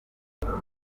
yavuze